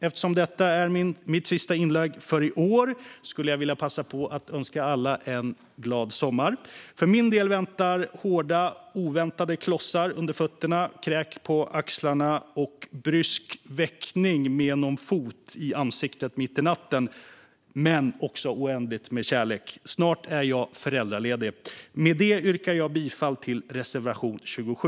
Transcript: Eftersom detta är mitt sista inlägg för i år skulle jag vilja passa på att önska alla en glad sommar. För min del väntar hårda oväntade klossar under fötterna, kräk på axlarna och brysk väckning av en fot i ansiktet mitt i natten, men också oändligt med kärlek. Snart är jag föräldraledig. Med det yrkar jag bifall till reservation 27.